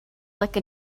like